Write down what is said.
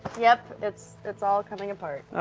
yep, it's it's all coming apart.